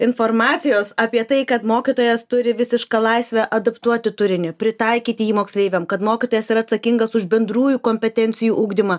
informacijos apie tai kad mokytojas turi visišką laisvę adaptuoti turinį pritaikyti jį moksleiviam kad mokytojas yra atsakingas už bendrųjų kompetencijų ugdymą